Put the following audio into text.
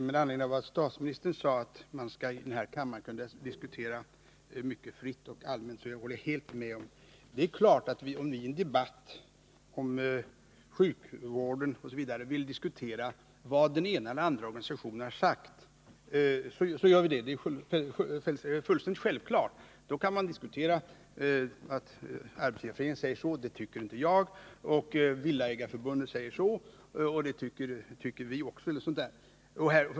Fru talman! Statsministern sade att man i den här kammaren kan diskutera Fredagen den mycket fritt och allmänt och det håller jag helt med honom om. 6 februari 1981 Det är fullständigt självklart att vi, om vi i en debatt om sjukvården osv. vill diskutera vad den ena eller andra organisationen har sagt, också gör det. Man kan föra en diskussion om vad Arbetsgivareföreningen säger och framhålla att man inte har samma uppfattning eller om vad Villaägareförbundet säger, vilket vi kanske instämmer i.